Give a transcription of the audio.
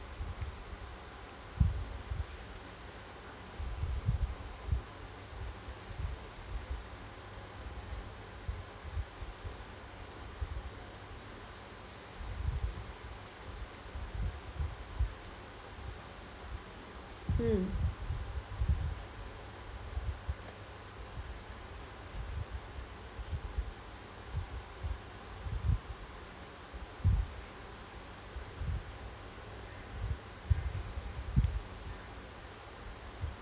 hmm